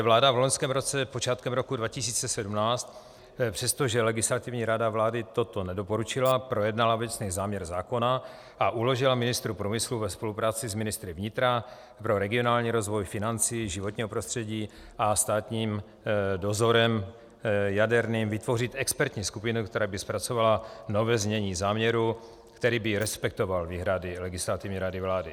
Vláda v loňském roce, počátkem roku 2017, přestože Legislativní rada vlády toto nedoporučila, projednala věcný záměr zákona a uložila ministru průmyslu a obchodu ve spolupráci s ministry vnitra, pro regionální rozvoj, financí, životního prostředí a státním jaderným dozorem vytvořit expertní skupinu, která by zpracovala nové znění záměru, který by respektoval výhrady Legislativní rady vlády.